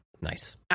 nice